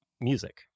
music